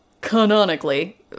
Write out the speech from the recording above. canonically